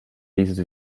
list